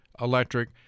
Electric